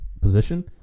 position